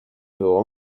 było